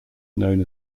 known